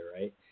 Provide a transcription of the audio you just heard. right